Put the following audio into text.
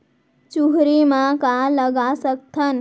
चुहरी म का लगा सकथन?